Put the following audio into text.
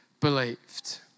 believed